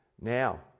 Now